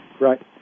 Right